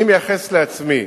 אני מייחס לעצמי